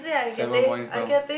seven points now